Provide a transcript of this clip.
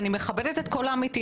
אני מכבדת את כל עמיתיי,